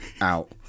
out